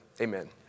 amen